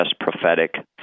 prophetic